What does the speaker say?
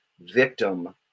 victim